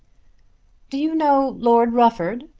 do you know lord rufford?